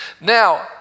Now